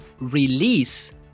release